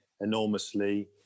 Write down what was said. enormously